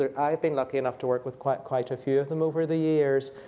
i have been lucky enough to work with quite quite a few of them over the years,